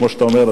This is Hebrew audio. כמו שאתה אומר,